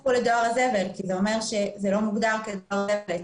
ילכו לדואר הזבל כי זה לא מוגדר כדואר זבל.